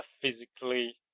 physically